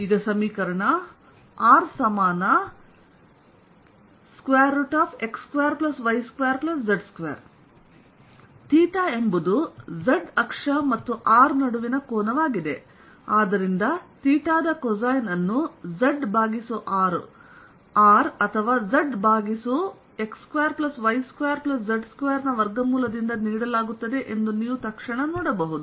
rx2y2z2 theta ಎಂಬುದು z ಅಕ್ಷ ಮತ್ತು r ನಡುವಿನ ಕೋನವಾಗಿದೆ ಆದ್ದರಿಂದ ಥೀಟಾದ ಕೊಸೈನ್ ಅನ್ನುzr ಅಥವಾ z ಭಾಗಿಸು x2y2z2ನ ವರ್ಗಮೂಲದಿಂದ ನೀಡಲಾಗುತ್ತದೆ ಎಂದು ನೀವು ತಕ್ಷಣ ನೋಡಬಹುದು